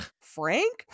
Frank